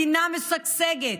מדינה משגשגת.